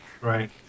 Right